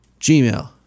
gmail